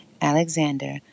Alexander